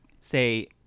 say